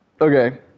Okay